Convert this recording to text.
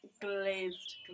glazed